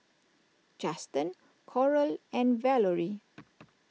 Juston Coral and Valorie